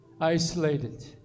isolated